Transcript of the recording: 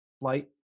flight